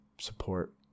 support